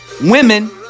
women